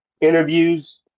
interviews